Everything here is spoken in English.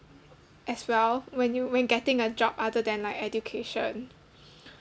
as well when you when getting a job other than like education